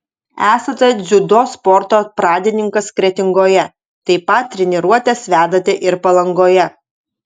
esate dziudo sporto pradininkas kretingoje taip pat treniruotes vedate ir palangoje